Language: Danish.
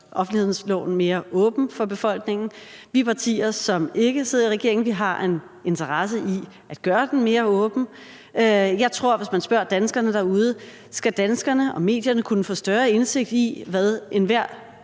offentlighedsloven mere åben for befolkningen. Vi partier, som ikke sidder i regeringen, har en interesse i at gøre den mere åben. Jeg tror, at der, hvis man spørger danskerne derude, om danskerne og medierne skal kunne få større indsigt i, hvad den til